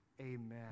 Amen